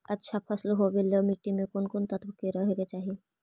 अच्छा फसल होबे ल मट्टी में कोन कोन तत्त्व रहे के चाही?